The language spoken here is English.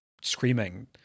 screaming